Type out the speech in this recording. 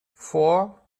four